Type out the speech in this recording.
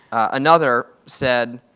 another said,